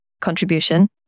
contribution